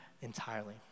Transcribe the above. entirely